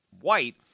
white